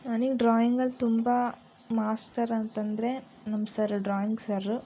ನನಗೆ ಡ್ರಾಯಿಂಗಲ್ಲಿ ತುಂಬ ಮಾಸ್ಟರ್ ಅಂತಂದರೆ ನಮ್ಮ ಸರ್ ಡ್ರಾಯಿಂಗ್ ಸರ್ರು